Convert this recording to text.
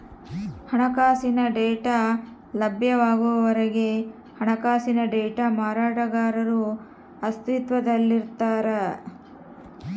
ಹಣಕಾಸಿನ ಡೇಟಾ ಲಭ್ಯವಾಗುವವರೆಗೆ ಹಣಕಾಸಿನ ಡೇಟಾ ಮಾರಾಟಗಾರರು ಅಸ್ತಿತ್ವದಲ್ಲಿರ್ತಾರ